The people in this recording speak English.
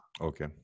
Okay